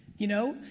you know,